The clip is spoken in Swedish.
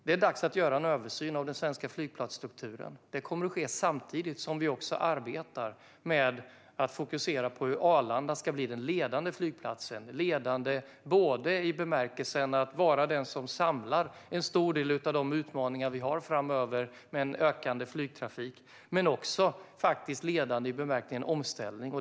Det är dags att göra en översyn av den svenska flygplatsstrukturen. Detta kommer att ske samtidigt som vi fokuserar på arbetet med att göra Arlanda till den ledande flygplatsen, både när det gäller att samla en stor del av de utmaningar vi har framöver med en ökande flygtrafik och när det gäller omställning.